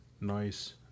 Nice